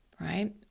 right